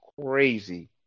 crazy